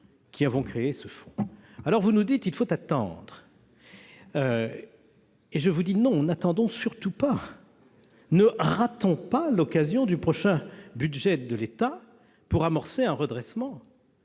qui avons créé ce fonds. Vous nous dites :« Il faut attendre. » Non, n'attendons surtout pas, ne ratons pas l'occasion du prochain budget de l'État pour amorcer un redressement